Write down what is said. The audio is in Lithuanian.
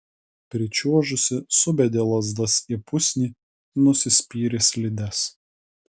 pričiuožusi subedė lazdas į pusnį nusispyrė slides